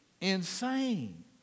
Insane